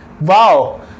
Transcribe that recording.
wow